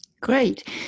Great